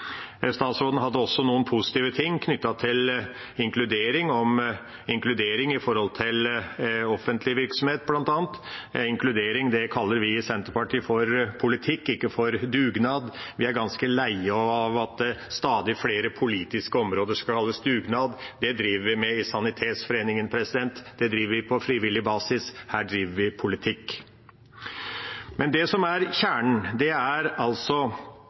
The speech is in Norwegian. Statsråden hadde også noen positive ting knyttet til inkludering, om inkludering når det gjelder offentlig virksomhet. Inkludering er det vi i Senterpartiet kaller for politikk, ikke for dugnad. Vi er ganske lei av at det på stadig flere politiske områder skal holdes dugnad. Det driver vi med i sanitetsforeningen. Det driver vi på frivillig basis. Her driver vi politikk. Det som er kjernen, er det å gjøre Stortinget viktigere. Det som er